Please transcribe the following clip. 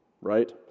right